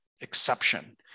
exception